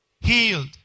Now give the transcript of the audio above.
healed